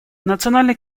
национальный